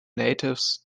natives